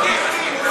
מסכים.